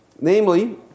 Namely